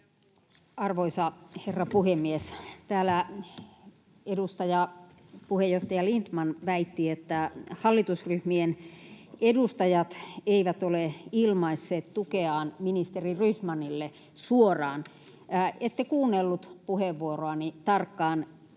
Arvoisa herra puhemies! Täällä edustaja, puheenjohtaja Lindtman väitti, että hallitusryhmien edustajat eivät ole ilmaisseet tukeaan ministeri Rydmanille suoraan. Ette kuunnellut puheenvuoroani tarkkaan.